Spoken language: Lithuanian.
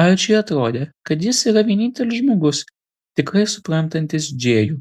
arčiui atrodė kad jis yra vienintelis žmogus tikrai suprantantis džėjų